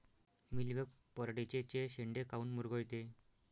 Mealybug पराटीचे चे शेंडे काऊन मुरगळते?